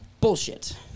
Bullshit